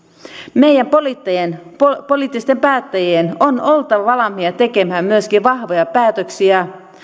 meidän poliittisten päättäjien on oltava valmiita tekemään myöskin vahvoja päätöksiä